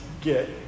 get